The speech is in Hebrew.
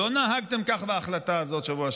לא נהגתם ככה בהחלטה הזאת בשבוע שעבר.